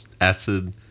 acid